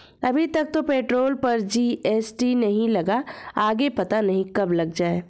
अभी तक तो पेट्रोल पर जी.एस.टी नहीं लगा, आगे पता नहीं कब लग जाएं